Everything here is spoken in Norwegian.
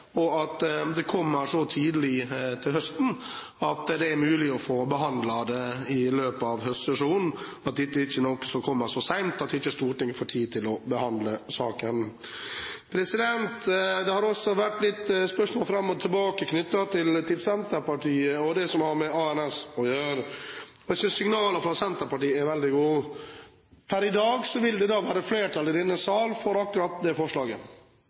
og at det kommer så tidlig til høsten at det er mulig å få behandlet det i løpet av høstsesjonen, at dette ikke kommer så sent at Stortinget ikke får tid til å behandle saken. Det har også vært litt spørsmål fram og tilbake knyttet til Senterpartiet, og det som har med ANS å gjøre. Jeg synes signalene fra Senterpartiet er veldig gode. Per i dag vil det være flertall i denne sal for akkurat det forslaget.